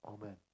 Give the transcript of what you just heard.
Amen